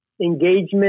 engagement